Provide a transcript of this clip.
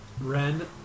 Ren